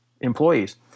employees